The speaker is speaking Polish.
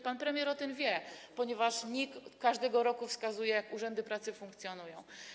Pan premier o tym wie, ponieważ NIK każdego roku wskazuje, jak urzędy pracy funkcjonują.